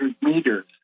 meters